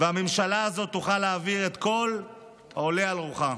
והממשלה הזאת תוכל להעביר ככל העולה על רוחה.